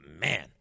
man